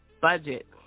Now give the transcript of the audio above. budget